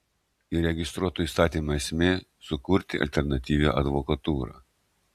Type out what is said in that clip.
įregistruoto įstatymo esmė sukurti alternatyvią advokatūrą